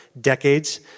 decades—